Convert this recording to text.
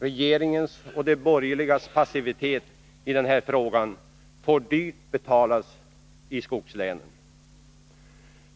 Regeringens och de borgerligas passivitet i denna fråga får dyrt betalas i skogslänen.